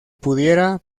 pudiera